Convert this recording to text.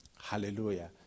Hallelujah